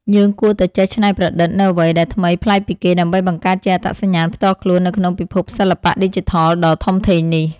យើងគួរតែចេះច្នៃប្រឌិតនូវអ្វីដែលថ្មីប្លែកពីគេ ដើម្បីបង្កើតជាអត្តសញ្ញាណផ្ទាល់ខ្លួននៅក្នុងពិភពសិល្បៈឌីជីថលដ៏ធំធេងនេះ។